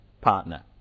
partner